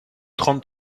trente